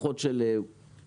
שהלקוחות של הטוטו,